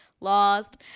lost